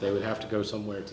they would have to go somewhere